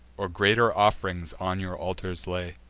or greater off'rings on your altars lay.